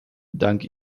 dank